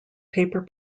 paper